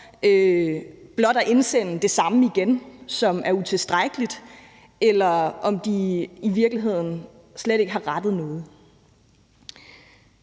blot at indsende det samme igen, som er utilstrækkeligt, eller om der i virkeligheden slet ikke er rettet noget.